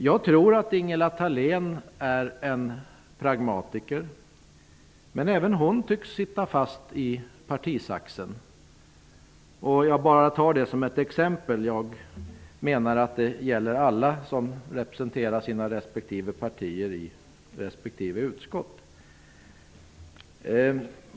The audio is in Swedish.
Jag tror att Ingela Thalén är en pragmatiker. Men även hon tycks sitta fast i partisaxen. Jag bara tog Ingela Thalén som ett exempel, men detta gäller alla som representerar sina partier i respektive utskott.